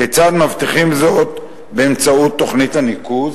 כיצד מבטיחים זאת באמצעות תוכנית הניקוז?